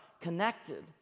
connected